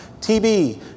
TB